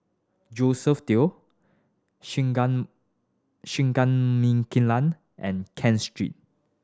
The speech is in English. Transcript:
Josephine Teo Singai Singai Mukilan and Ken Street